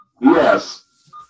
Yes